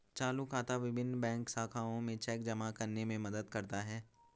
चालू खाता विभिन्न बैंक शाखाओं में चेक जमा करने में मदद करता है